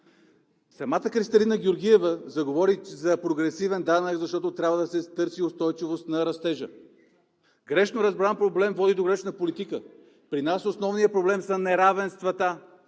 самата Кристалина Георгиева заговори за прогресивен данък, защото трябва да се търси устойчивост на растежа. Грешно разбран проблем води до грешна политика! При нас основният проблем са не-ра-вен-ства-та.